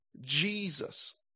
Jesus